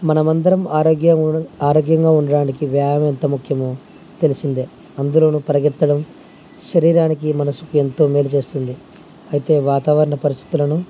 మనం అందరం ఆరోగ్య ఉ ఆరోగ్యంగా ఉండడానికి వ్యాయామం ఎంత ముఖ్యమో తెలిసిందే అందులోను పరిగెత్తడం శరీరానికి మనసుకు ఎంతో మేలు చేేస్తుంది అయితే వాతావరణ పరిస్థితులను